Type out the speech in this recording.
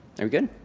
are we good?